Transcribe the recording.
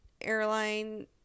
airline